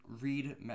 read